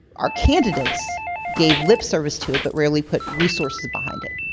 our candidates gave lip service to it, but rarely put resources behind it.